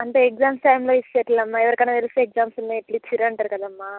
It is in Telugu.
అంటే ఎగ్జామ్స్ టైమ్లో ఇస్తే ఎట్లమ్మ ఎవరికి అయిన తెలిస్తే ఎగ్జామ్స్ ఉన్నాయి ఎట్ల ఇచ్చిర్రు అంటారు కదమ్మ